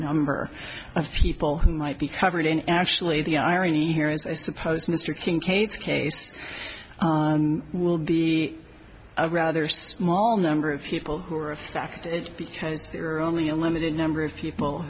number of people who might be covered in actually the irony here is i suppose mr kincaid case will be a rather small number of people who are affected because there are only a limited number of people